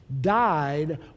died